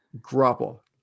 Grapple